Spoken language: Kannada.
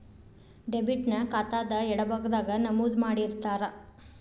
ಡೆಬಿಟ್ ನ ಖಾತಾದ್ ಎಡಭಾಗದಾಗ್ ನಮೂದು ಮಾಡಿರ್ತಾರ